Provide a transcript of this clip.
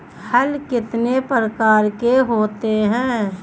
हल कितने प्रकार के होते हैं?